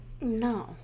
No